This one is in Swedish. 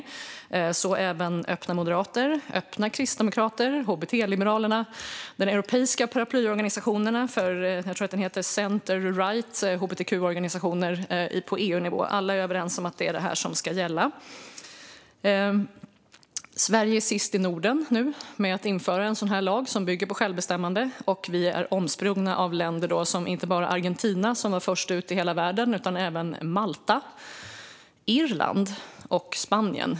Det gäller även Öppna Moderater, Öppna Kristdemokrater, HBT-liberaler och den europeiska paraplyorganisationen för hbtqi-organisationer på EU-nivå; jag tror att den heter Centre-Right. Alla är överens om att det är detta som ska gälla. Sverige är nu sist i Norden med att införa en lag som bygger på självbestämmande, och vi är omsprungna av inte bara länder som Argentina - som var först ut i hela världen - utan även Malta, Irland och Spanien.